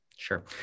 Sure